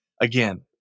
again